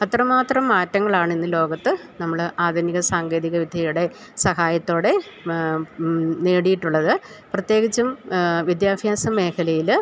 അത്രമാത്രം മാറ്റങ്ങളാണിന്നു ലോകത്തു നമ്മള് ആധുനിക സാങ്കേതികവിദ്യയുടെ സഹായത്തോടെ നേടിയിട്ടുള്ളത് പ്രത്യേകിച്ചും വിദ്യാഭ്യാസ മേഖലയില്